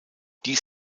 dies